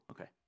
Okay